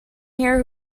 here